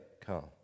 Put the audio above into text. come